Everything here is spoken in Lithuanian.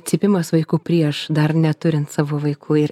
cypimas vaikų prieš dar neturint savo vaikų ir